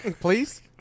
please